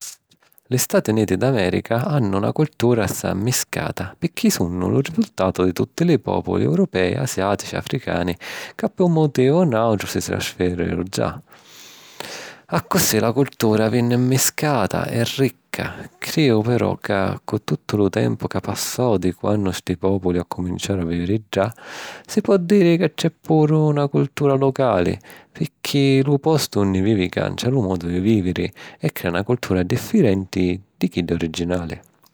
Li Stati Uniti d'Amèrica hannu na cultura assai mmiscata picchì sunnu lu risultatu di tutti li pòpuli europèi, asiàtici, africani, ca pi un mutivu o nàutru si trasfireru ddà. Accussì, la cultura vinni mmiscata e ricca. Crìju però ca, cu tuttu lu tempu ca passau di quannu sti pòpuli accuminciaru a vìviri ddà, si po diri ca c’è puru na cultura lucali. Picchì lu postu unni vivi cancia lu modu di viviri e crea na cultura diffirenti di chidda originali.